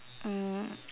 um